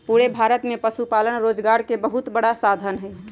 पूरे भारत में पशुपालन रोजगार के बहुत बड़ा साधन हई